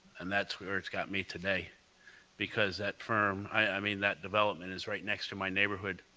and that's where it's gotten me today because that firm i mean, that development is right next to my neighborhood,